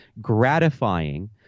gratifying